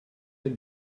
den